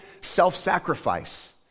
self-sacrifice